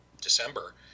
December